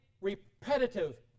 repetitive